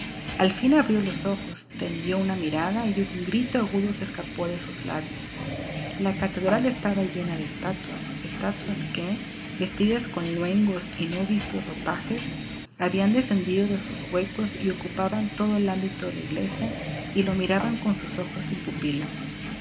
al fin abrió los ojos tendió una mirada y un grito agudo se escapó de sus labios la catedral estaba llena de estatuas estatuas que vestidas con luengos y no vistos ropajes habían descendido de sus huecos y ocupaban todo el ámbito de la iglesia y le miraban con sus ojos sin pupila